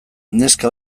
neska